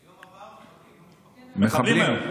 היום עבר, מחבלים.